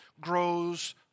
grows